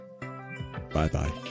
Bye-bye